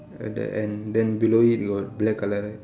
at the end then below it got black colour right